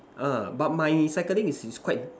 uh but my cycling is is quite